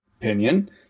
opinion